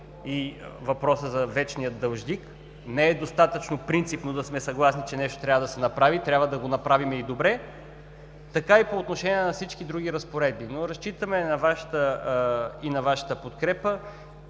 и въпросът за вечния длъжник, не е достатъчно принципно да сме съгласни, че нещо трябва да се направи – трябва да го направим и добре, така и по отношение на всички други разпоредби. Разчитаме и на Вашата подкрепа,